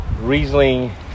Riesling